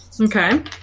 Okay